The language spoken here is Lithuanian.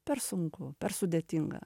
per sunku per sudėtinga